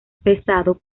pesado